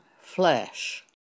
flesh